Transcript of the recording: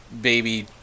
baby